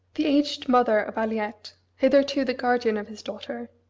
the aged mother of aliette, hitherto the guardian of his daughter,